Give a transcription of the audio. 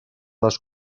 les